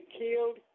killed